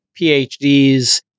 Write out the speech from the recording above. PhDs